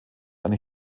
eine